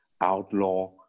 outlaw